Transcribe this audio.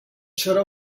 چرا